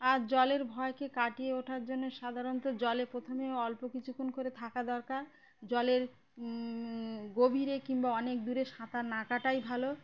আর জলের ভয়কে কাটিয়ে ওঠার জন্যে সাধারণত জলে প্রথমে অল্প কিছুক্ষণ করে থাকা দরকার জলের গভীরে কিংবা অনেক দূরে সাঁতার না কাটাই ভালো